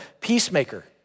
peacemaker